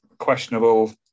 Questionable